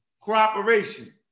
cooperation